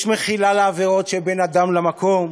יש מחילה לעבירות שבן אדם למקום,